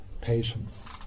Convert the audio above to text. patience